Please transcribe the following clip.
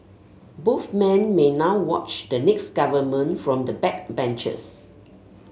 both men may now watch the next government from the backbenches